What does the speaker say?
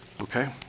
Okay